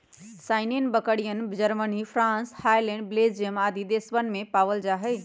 सानेंइ बकरियन, Germany, France, Holland, Belgium आदि देशवन में भी पावल जाहई